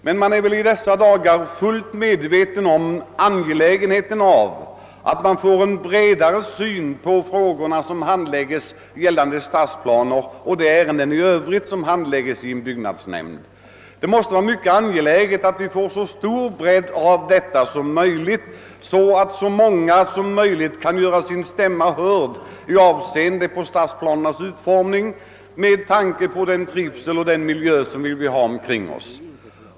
Vi är emellertid alla medvetna om hur angeläget det är att få en bredare syn på de frågor som handlägges i en byggnadsnämnd, både stadsplanefrågor och övriga ärenden. Det är mycket angeläget att skapa så stor bredd som möjligt på det arbetet och se till att så många människor som möjligt får göra sin stämma hörd vid utformningen av stadsplanerna, inte minst med tanke på den trivsel vi eftersträvar och den miljö vi vill ha omkring oss.